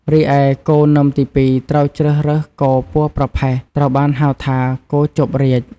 រីឯគោនឹមទី២ ត្រូវជ្រើសរើសគោ ពណ៌ប្រផេះ ត្រូវបានហៅថា គោជប់រាជ។